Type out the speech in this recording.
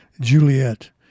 Juliet